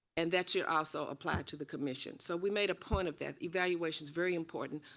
and that's should also apply to the commission so we made a point of that. evaluation is very important.